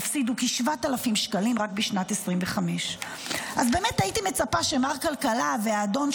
יפסידו כ-7,000 שקלים רק בשנת 2025. אז באמת הייתי מצפה שמר כלכלה והאדון,